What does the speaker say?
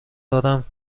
دارم